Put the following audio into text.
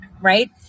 right